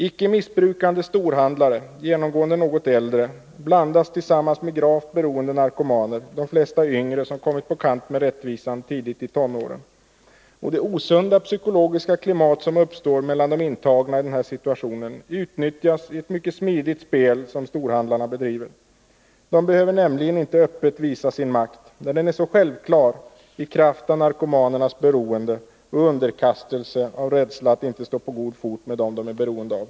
Icke missbrukande storhandlare, genomgående något äldre, blandas tillsammans med gravt beroende narkomaner, de flesta yngre, som kommit på kant med rättvisan tidigt i tonåren. Det osunda psykologiska klimat som uppstår mellan de intagna i denna situation utnyttjas i ett mycket smidigt spel som storhandlarna bedriver. De behöver nämligen inte öppet visa sin makt. Den är självklar i kraft av narkomanernas beroende och underkastelse, av rädsla att inte stå på god fot med dem de är beroende av.